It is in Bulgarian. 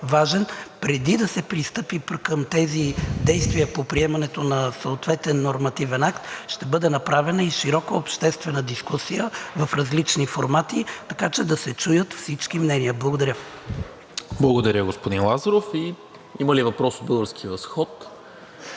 преди да се пристъпи към тези действия по приемането на съответен нормативен акт, ще бъде направена и широка обществена дискусия в различни формати, така че да се чуят всички мнения. Благодаря. ПРЕДСЕДАТЕЛ НИКОЛА МИНЧЕВ: Благодаря, господин Лазаров. Има ли въпрос от „Български възход“?